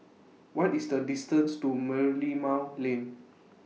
What IS The distance to Merlimau Lane